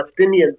Palestinians